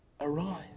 arise